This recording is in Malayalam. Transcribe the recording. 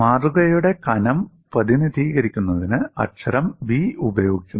മാതൃകയുടെ കനം പ്രതിനിധീകരിക്കുന്നതിന് അക്ഷരം 'B' ഉപയോഗിക്കുന്നു